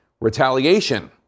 retaliation